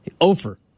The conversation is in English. Ofer